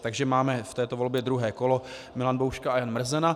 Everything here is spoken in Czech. Takže máme v této volbě druhé kolo Milan Bouška a Jan Mrzena.